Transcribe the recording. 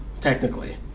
technically